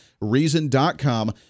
Reason.com